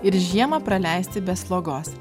ir žiemą praleisti be slogos